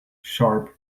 sharp